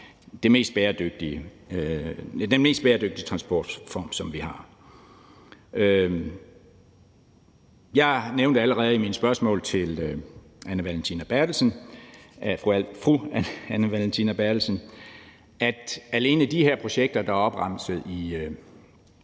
den mest bæredygtige transportform, vi har. Jeg nævnte allerede i mine spørgsmål til fru Anne Valentina Berthelsen, at alene de projekter, der er opremset i